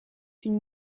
une